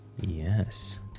Yes